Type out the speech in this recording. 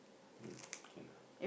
mm can ah